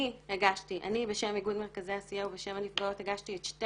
אני בשם איגוד מרכזי הסיוע ובשם הנפגעות הגשתי את שתי